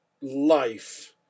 life